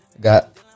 Got